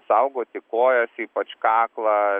saugoti kojas ypač kaklą